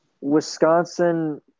Wisconsin